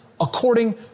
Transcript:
according